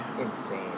Insane